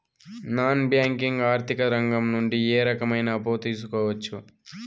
Non banking ఆర్థిక రంగం నుండి ఏ రకమైన అప్పు తీసుకోవచ్చు?